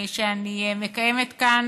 שאני מקיימת כאן,